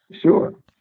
Sure